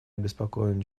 обеспокоен